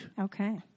Okay